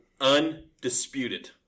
Undisputed